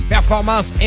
Performance